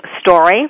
story